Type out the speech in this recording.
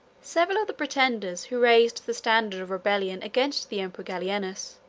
several of the pretenders, who raised the standard of rebellion against the emperor gallienus,